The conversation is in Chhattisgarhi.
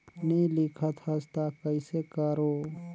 नी लिखत हस ता कइसे करू?